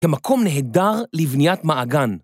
כמקום נהדר לבניית מעגן.